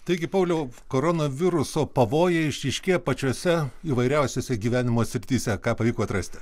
taigi pauliau korona viruso pavojai išryškėja pačiose įvairiausiose gyvenimo srityse ką pavyko atrasti